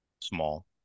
Small